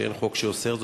ואין חוק שאוסר זאת,